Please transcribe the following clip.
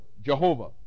Jehovah